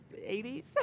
80s